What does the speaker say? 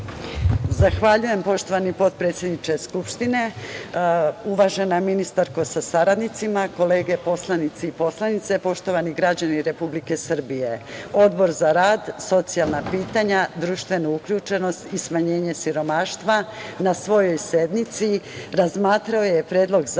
Zahvaljujem, poštovani potpredsedniče Skupštine. Uvažena ministarko sa saradnicima, kolege poslanici i poslanice, poštovani građani Republike Srbije, Odbor za rad, socijalna pitanja, društvenu uključenost i smanjenje siromaštva na svojoj sednici razmatrao je Predlog zakona